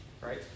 right